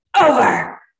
over